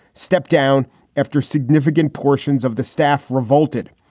stepped down after significant portions of the staff revolted.